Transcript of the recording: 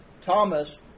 Thomas